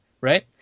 right